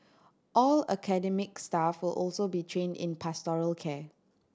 all academic staff will also be trained in pastoral care